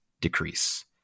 decrease